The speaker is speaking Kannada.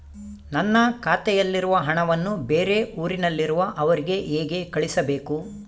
ನನ್ನ ಖಾತೆಯಲ್ಲಿರುವ ಹಣವನ್ನು ಬೇರೆ ಊರಿನಲ್ಲಿರುವ ಅವರಿಗೆ ಹೇಗೆ ಕಳಿಸಬೇಕು?